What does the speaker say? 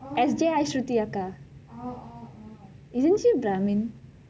S_J_I shruthi அக்கா:akka isn't she brahmin